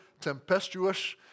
tempestuous